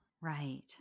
right